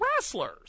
wrestlers